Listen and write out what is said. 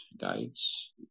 guides